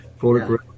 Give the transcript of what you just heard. photograph